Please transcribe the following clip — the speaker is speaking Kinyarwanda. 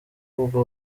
ubwo